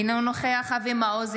אינו נוכח אבי מעוז,